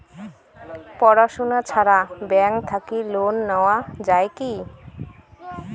পড়াশুনা ছাড়া ব্যাংক থাকি লোন নেওয়া যায় কি?